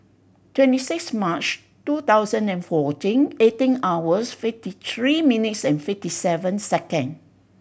twenty six March two thousand and fourteen eighteen hours fifty three minutes and fifty seven second